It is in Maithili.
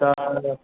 तऽ